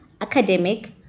academic